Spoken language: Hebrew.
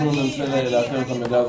ננסה לאתר את המידע הזה.